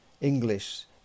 English